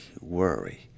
worry